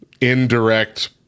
indirect